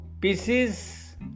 pieces